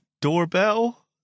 doorbell